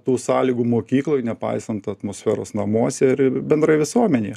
tų sąlygų mokykloj nepaisant atmosferos namuose ir bendrai visuomenėje